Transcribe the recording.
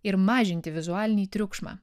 ir mažinti vizualinį triukšmą